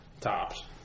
tops